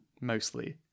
mostly